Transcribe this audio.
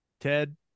Ted